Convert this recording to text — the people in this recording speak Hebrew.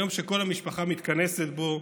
היום שכל המשפחה מתכנסת בו,